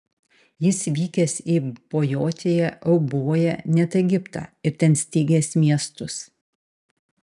jis vykęs į bojotiją euboją net egiptą ir ten steigęs miestus